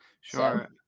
Sure